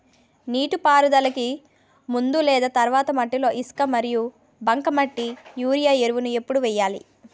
నీటిపారుదలకి ముందు లేదా తర్వాత మట్టిలో ఇసుక మరియు బంకమట్టి యూరియా ఎరువులు ఎప్పుడు వేయాలి?